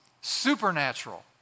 Supernatural